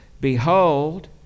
Behold